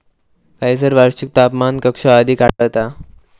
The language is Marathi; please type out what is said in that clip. खैयसर वार्षिक तापमान कक्षा अधिक आढळता?